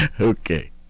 okay